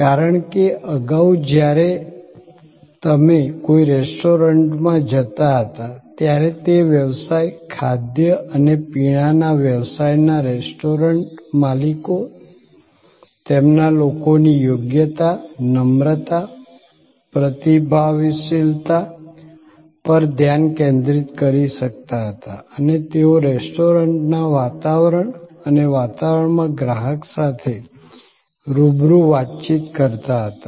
કારણ કે અગાઉ જ્યારે તમે કોઈ રેસ્ટોરન્ટમાં જતા હતા ત્યારે તે વ્યવસાય ખાદ્ય અને પીણાના વ્યવસાયના રેસ્ટોરન્ટ માલિકો તેમના લોકોની યોગ્યતા નમ્રતા પ્રતિભાવશીલતા પર ધ્યાન કેન્દ્રિત કરી શકતા હતા અને તેઓ રેસ્ટોરન્ટના વાતાવરણ અને વાતાવરણમાં ગ્રાહક સાથે રૂબરૂ વાતચીત કરતા હતા